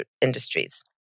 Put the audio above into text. industries